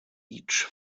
each